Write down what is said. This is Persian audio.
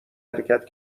حرکت